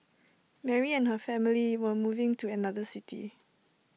Mary and her family were moving to another city